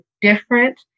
different